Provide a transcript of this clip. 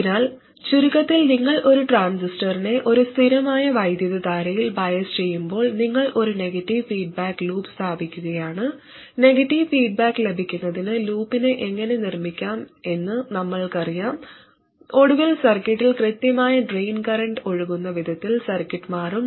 അതിനാൽ ചുരുക്കത്തിൽ നിങ്ങൾ ഒരു ട്രാൻസിസ്റ്ററിനെ ഒരു സ്ഥിരമായ വൈദ്യുതധാരയിൽ ബയസ് ചെയ്യുമ്പോൾ നിങ്ങൾ ഒരു നെഗറ്റീവ് ഫീഡ്ബാക്ക് ലൂപ്പ് സ്ഥാപിക്കുകയാണ് നെഗറ്റീവ് ഫീഡ്ബാക്ക് ലഭിക്കുന്നതിന് ലൂപ്പിനെ എങ്ങനെ നിർമ്മിക്കാമെന്ന് നമ്മൾക്കറിയാം ഒടുവിൽ സർക്യൂട്ടിൽ കൃത്യമായ ഡ്രെയിൻ കറന്റ് ഒഴുകുന്ന വിധത്തിൽ സർക്യൂട്ട് മാറും